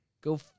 go